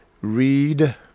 read